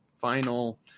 final